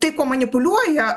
tai kuo manipuliuoja